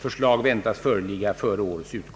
Förslag väntas föreligga före årets utgång.